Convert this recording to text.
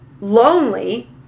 lonely